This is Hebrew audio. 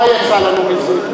מה יצא לנו מזה?